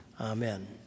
Amen